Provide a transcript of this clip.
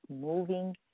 moving